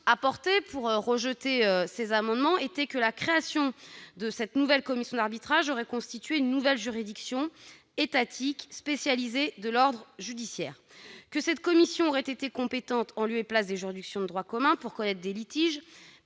avancés pour rejeter ces amendements était que la création de cette nouvelle commission d'arbitrage aurait constitué une nouvelle juridiction étatique spécialisée de l'ordre judiciaire et que cette commission aurait été compétente en lieu et place des juridictions de droit commun pour connaître des litiges